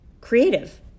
creative